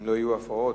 אם לא יהיו הפרעות,